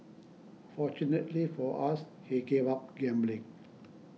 fortunately for us he gave up gambling